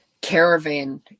caravan